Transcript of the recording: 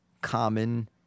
common